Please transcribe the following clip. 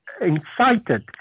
incited